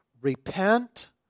repent